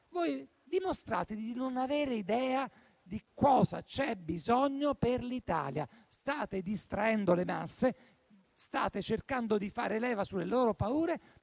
voi dimostrate di non avere idea di cosa è necessario per l'Italia. State distraendo le masse, state cercando di fare leva sulle loro paure,